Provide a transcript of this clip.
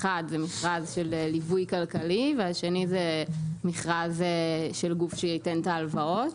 האחד זה מכרז של ליווי כלכלי והשני זה מכרז של גוף שייתן את ההלוואות